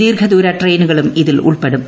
ദീർഘദൂര ട്രെയിക്കൂക്ളും ഇതിൽ ഉൾപ്പെടും